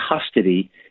custody